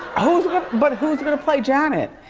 but who's gonna play janet?